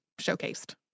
showcased